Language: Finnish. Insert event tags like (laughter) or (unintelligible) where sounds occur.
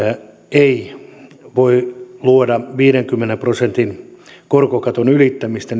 ei voi luoda viidenkymmenen prosentin korkokaton ylittämistä (unintelligible)